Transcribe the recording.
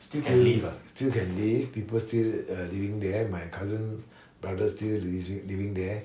still still can live people still uh living there my cousin brother still living there